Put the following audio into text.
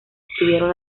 obtuvieron